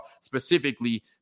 specifically